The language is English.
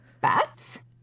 bats